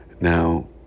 Now